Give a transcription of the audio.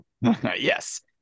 yes